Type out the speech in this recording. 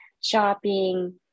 shopping